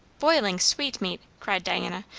boiling sweetmeat! cried diana.